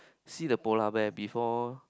see the polar bear before